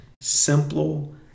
Simple